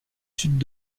sud